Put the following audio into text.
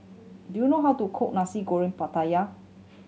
do you know how to cook Nasi Goreng Pattaya